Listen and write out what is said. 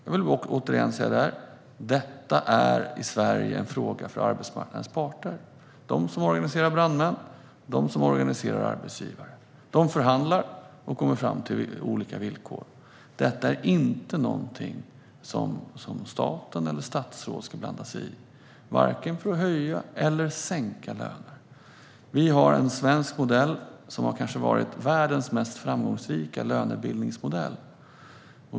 Jag vill återigen säga att i Sverige är detta en fråga för arbetsmarknadens parter. Det är de som organiserar brandmän, och det är de som organiserar arbetsgivare. De förhandlar och kommer fram till olika villkor. Detta är inte något som staten eller statsråd ska blanda sig i, vare sig för att höja eller sänka löner. Vi har en svensk modell som kanske har varit världens mest framgångsrika lönebildningsmodell.